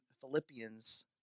Philippians